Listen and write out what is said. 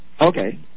Okay